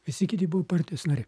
visi kiti buvo partijos nariai